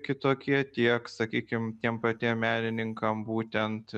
kitokie tiek sakykim tiems patiem menininkam būtent